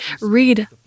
read